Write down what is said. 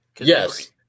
yes